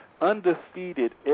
undefeated